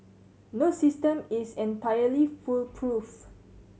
no system is entirely foolproof